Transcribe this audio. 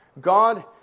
God